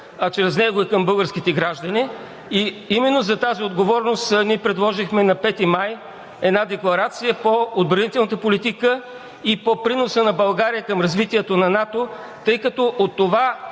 а чрез него и към българските граждани. Именно заради тази отговорност ние предложихме на 5 май една декларация по отбранителната политика и по приноса на България към развитието на НАТО, тъй като от това